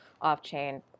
off-chain